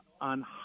on